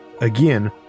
Again